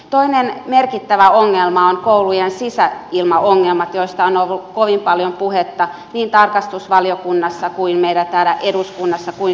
toinen merkittävä ongelma on koulujen sisäilmaongelmat joista on ollut kovin paljon puhetta niin tarkastusvaliokunnassa kuin meillä täällä eduskunnassa kuin sivistysvaliokunnassa